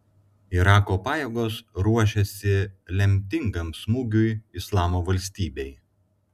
irako pajėgos ruošiasi lemtingam smūgiui islamo valstybei